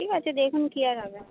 ঠিক আছে দেখুন কী আর হবে